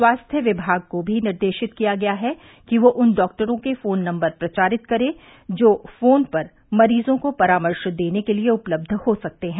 स्वास्थ्य विभाग को भी निर्देशित किया गया है कि वो उन डॉक्टरों के फोन नंबर प्रचारित करे जो फोन पर मरीजों को परामर्श देने के लिए उपलब्ध हो सकते हैं